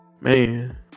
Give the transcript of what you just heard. man